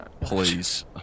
Please